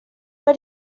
but